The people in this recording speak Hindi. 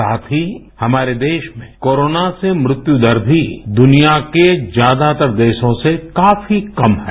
साथ ही हमारे देश में कोरोना से मृत्यु दर भी दुनिया के ज्यादातर देशों से काफी कम है